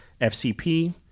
FCP